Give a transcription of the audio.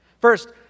First